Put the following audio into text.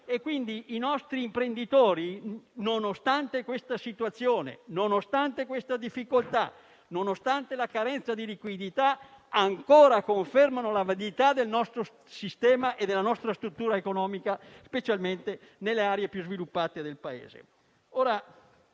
Quindi, i nostri imprenditori, nonostante questa situazione, questa difficoltà e la carenza di liquidità, ancora confermano la validità del nostro sistema e della nostra struttura economica, specialmente nelle aree più sviluppate del Paese.